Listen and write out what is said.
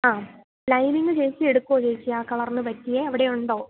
ആ ലൈനിങ് ചേച്ചി എടുക്കുമോ ചേച്ചി ആ കളറിനു പറ്റിയത് അവിടെയുണ്ടോ